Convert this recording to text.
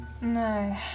No